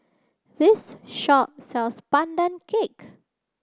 this shop sells pandan cake